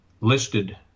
listed